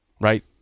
Right